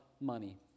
money